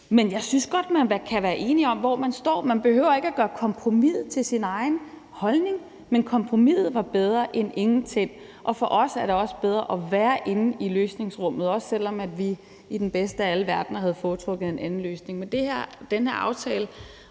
Men jeg synes godt, at man kan være enige om, hvor man står; man behøver ikke at gøre kompromiset til sin egen holdning. Men kompromiset var bedre end ingenting, og for os er det også bedre at være inde i løsningsrummet, også selv om vi i den bedste af alle verdener havde foretrukket en anden løsning.